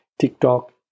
TikTok